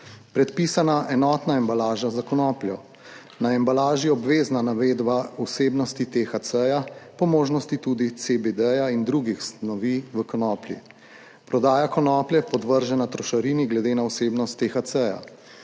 Predpisana enotna embalaža za konopljo. Na embalaži je obvezna navedba vsebnosti THC ja, po možnosti tudi CBD in drugih snovi v konoplji. Prodaja konoplje podvržena trošarini glede na vsebnost THC.